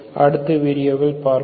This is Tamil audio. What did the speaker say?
அடுத்த வீடியோவில் பார்ப்போம்